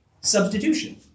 substitution